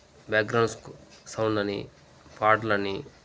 background sound అని పాటలని